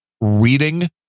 reading